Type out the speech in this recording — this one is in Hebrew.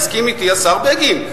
יסכים אתי השר בגין.